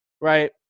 right